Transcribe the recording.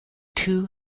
two